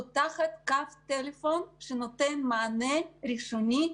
לפתוח קו טלפון שנותן מענה ראשוני,